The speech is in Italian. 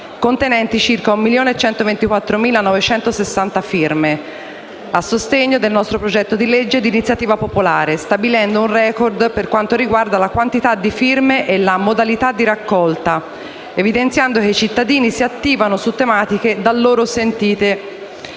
contenenti circa 1.124.960 firme, a sostegno del nostro progetto di legge di iniziativa popolare, stabilendo un *record* per quanto riguarda la quantità di firme e la modalità di raccolta ed evidenziando che i cittadini si attivano su tematiche da loro sentite.